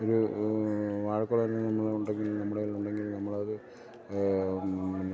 ഒരു നമ്മൾ ഉണ്ടെങ്കിൽ നമ്മുടെതിലുണ്ടെങ്കിൽ നമ്മൾ അത്